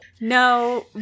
No